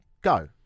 go